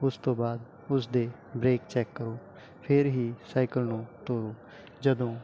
ਉਸ ਤੋਂ ਬਾਅਦ ਉਸਦੇ ਬਰੇਕ ਚੈੱਕ ਕਰੋ ਫਿਰ ਹੀ ਸਾਈਕਲ ਨੂੰ ਤੋਰੋ ਜਦੋਂ